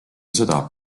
seda